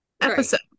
episode